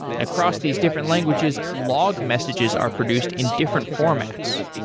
and across these different languages, log messages are produced in different formats.